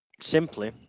Simply